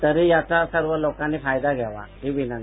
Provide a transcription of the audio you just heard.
तरी याचा सर्व लोकांनी फायदा घ्यावा ही बिनंती